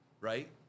Right